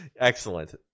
Excellent